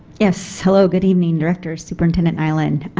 yes hello good evening directors, superintendent nyland.